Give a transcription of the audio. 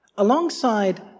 Alongside